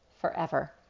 forever